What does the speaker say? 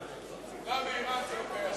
גם באירן זה לא קיים.